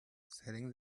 selling